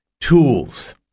tools